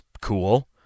cool